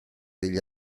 degli